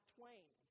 Twain